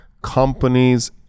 Companies